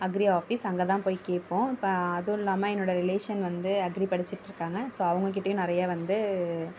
agri office அங்கே தான் போய் கேட்போம் இப்போ அதுவும் இல்லாமல் என்னோட ரிலேஷன் வந்து அக்ரி படிச்சிட்டுருக்காங்க ஸோ அவங்ககிட்டயும் நிறையா வந்து